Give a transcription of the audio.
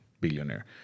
billionaire